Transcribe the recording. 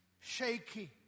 shaky